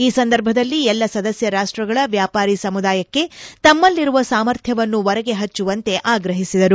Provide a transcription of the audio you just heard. ಈ ಸಂದರ್ಭದಲ್ಲಿ ಎಲ್ಲ ಸದಸ್ಯ ರಾಷ್ಷಗಳ ವ್ಯಾಪಾರೀ ಸಮುದಾಯಕ್ಕೆ ತಮ್ಮಲ್ಲಿರುವ ಸಾಮರ್ಥ್ಯವನ್ನು ಒರೆಗೆ ಪಚ್ಚುವಂತೆ ಆಗ್ರಹಿಸಿದರು